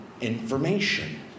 information